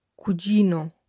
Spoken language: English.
Cugino